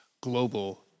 global